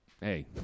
Hey